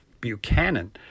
Buchanan